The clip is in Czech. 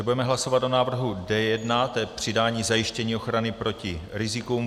Budeme hlasovat o návrhu D1, to je přidání zajištění ochrany proti rizikům.